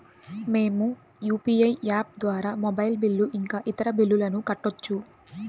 మేము UPI app ద్వారా mobile bill ఇంకా ఇతర బిల్లులను కట్టొచ్చు